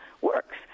works